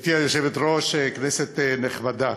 גברתי היושבת-ראש, כנסת נכבדה,